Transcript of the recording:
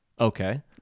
Okay